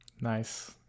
Nice